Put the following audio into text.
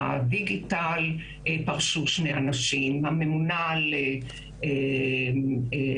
בדיגיטל פרשו שני אנשים - הממונה על מניעת